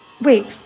Wait